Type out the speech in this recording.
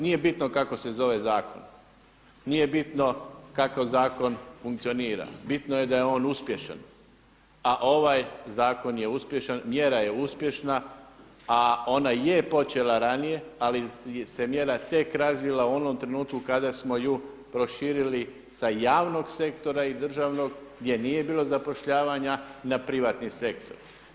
Nije bitno kako se zove zakon, nije bitno kako zakon funkcionira, bitno je da je on uspješan, a ovaj zakon je uspješan, mjera je uspješna, a ona je počela ranije ali se mjera tek razvila u onom trenutku kada smo ju proširili sa javnog sektora i državnog gdje nije bilo zapošljavanja na privatni sektor.